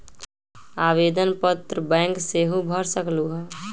आवेदन पत्र बैंक सेहु भर सकलु ह?